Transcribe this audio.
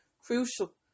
crucial